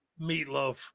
Meatloaf